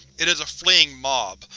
it is a fleeing mob,